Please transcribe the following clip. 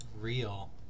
real